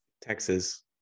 Texas